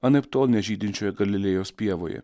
anaiptol ne žydinčioje galilėjos pievoje